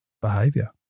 behavior